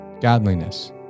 godliness